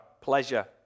pleasure